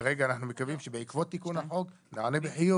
כרגע אנחנו מקווים שבעקבות תיקון החוק ניענה בחיוב,